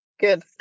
good